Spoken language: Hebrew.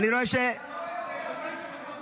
אני רואה --- ההצעה להעביר לוועדה את הצעת חוק-יסוד: